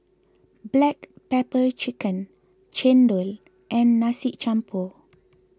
Black Pepper Chicken Chendol and Nasi Campur